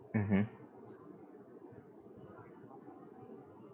mmhmm